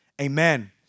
Amen